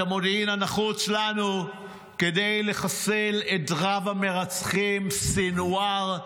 את המודיעין הנחוץ לנו כדי לחסל את רב-המרצחים סנוואר,